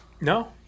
No